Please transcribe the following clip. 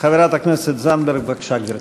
חברת הכנסת זנדברג, בבקשה, גברתי.